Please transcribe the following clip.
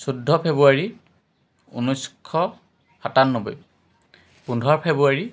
চৈধ্য ফেব্ৰুৱাৰী ঊনৈছশ সাতান্নব্বৈ পোন্ধৰ ফেব্ৰুৱাৰী